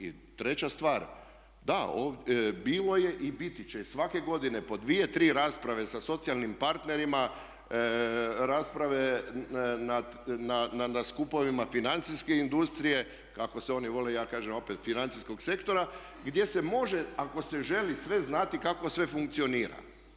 I treća stvar, bilo je i biti će svake godine po dvije tri rasprave sa socijalnim partnerima, rasprave na skupovima financijske industrije kako se oni vole, ja kažem opet financijskog sektora, gdje se može ako se želi sve znati kako sve funkcionira.